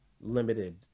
limited